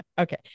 okay